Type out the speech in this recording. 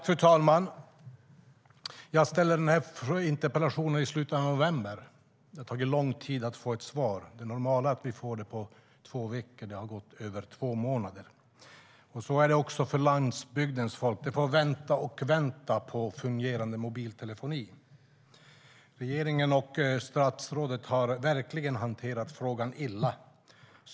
Fru talman! Jag ställde min interpellation i slutet av november, och det har tagit lång tid att få ett svar. Det normala är två veckor, och nu har det gått över två månader. Så är det också för landsbygdens folk. De får vänta och vänta på fungerande mobiltelefoni. Regeringen och statsrådet har verkligen hanterat frågan illa.